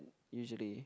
usually